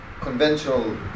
conventional